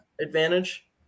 advantage